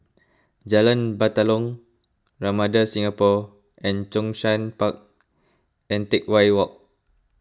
Jalan Batalong Ramada Singapore and Zhongshan Park and Teck Whye Walk